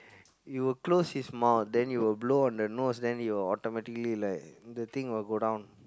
it will close its mouth then you will blow on the nose then it will automatically like the thing will go down